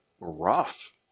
rough